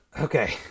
okay